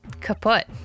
kaput